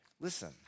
listen